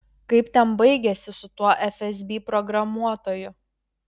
kaip ten baigėsi su tuo fsb programuotoju